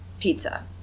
pizza